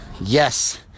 Yes